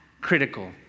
critical